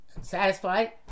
satisfied